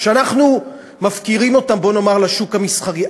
שאנחנו מפקירים אותם לשוק המסחרי.